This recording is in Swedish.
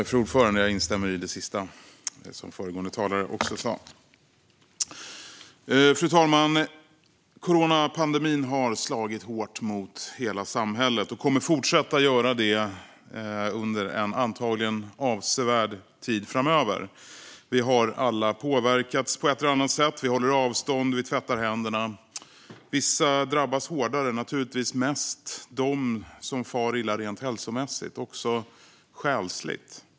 Fru talman! Jag instämmer i det sista som föregående talare sa. Coronapandemin har slagit hårt mot hela samhället och kommer antagligen att fortsätta göra det under avsevärd tid framöver. Vi har alla påverkats på ett eller annat sätt. Vi håller avstånd, och vi tvättar händerna. Vissa drabbas hårdare - naturligtvis mest de som far illa rent hälsomässigt men också själsligt.